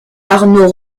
arnaud